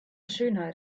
schönheit